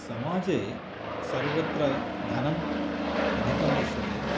समाजे सर्वत्र धनम् अधिकं दृश्यते